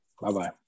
Bye-bye